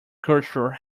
culture